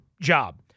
job